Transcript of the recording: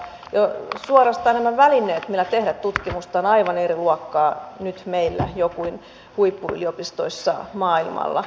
suorastaan nämä välineet millä tehdä tutkimusta ovat nyt jo aivan eri luokkaa meillä kuin huippuyliopistoissa maailmalla